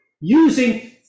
using